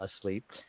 asleep